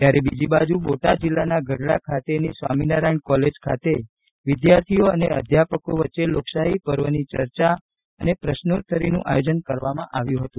ત્યારે બીજી બાજુ બોટાદ જિલ્લાના ગઢડા ખાતેની સ્વામીનારાયણ કોલેજ ખાતે વિદ્યાર્થીઓ અને અધ્યાપકો વચ્ચે લોકસાહી પર્વની ચર્ચા પ્રશ્નોતરીનું આયોજન કરવામાં આવ્યું હતું